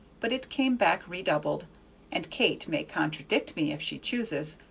but it came back redoubled and kate may contradict me if she chooses,